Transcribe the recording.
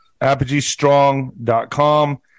ApogeeStrong.com